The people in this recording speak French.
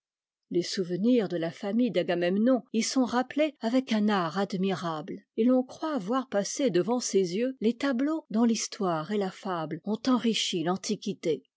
les souvenirs de la famille d'agamemnon y sont rappelés avec un art admirable et l'on croit voir passer devant ses yeux les tableaux dont l'histoire et la fable ont enrichi t'antiquité